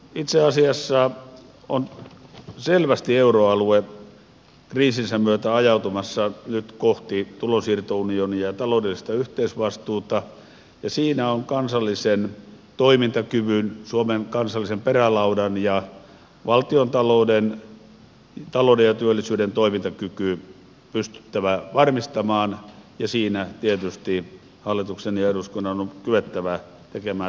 itse asiassa euroalue on kriisinsä myötä selvästi ajautumassa nyt kohti tulonsiirtounionia ja taloudellista yhteisvastuuta ja siinä on kansallisen toimintakyvyn suomen kansallisen perälaudan ja valtiontalouden talouden ja työllisyyden toimintakyky pystyttävä varmistamaan ja siinä tietysti hallituksen ja eduskunnan on kyettävä tekemään ratkaisuja